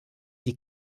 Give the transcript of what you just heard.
die